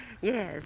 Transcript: yes